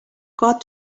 got